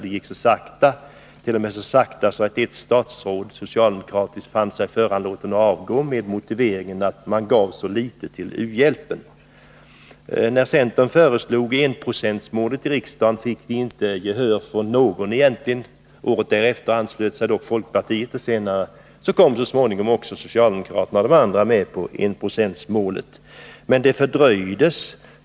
Det gick så sakta att ett socialdemokratiskt statsråd t.o.m. kände sig föranlåten att avgå med motiveringen att man gav så litet till u-hjälpen. När centern föreslog enprocentsmålet i riksdagen fick vi inte gehör från någon. Året därefter anslöt sig dock folkpartiet, och senare kom så småningom också socialdemokraterna och de andra och var med på enprocentsmålet. Men det fördröjdes.